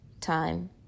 time